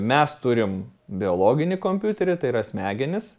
mes turim biologinį kompiuterį tai yra smegenis